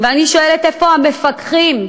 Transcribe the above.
ואני שואלת, איפה המפקחים,